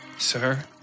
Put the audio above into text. Sir